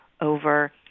over